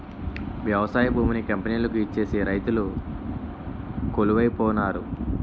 వ్యవసాయ భూమిని కంపెనీలకు ఇచ్చేసి రైతులు కొలువై పోనారు